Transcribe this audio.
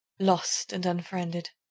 lost and unfriended.